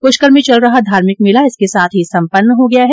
पुष्कर मे चल रहा धार्मिक मेला इसके साथ ही संपन्न हो गया है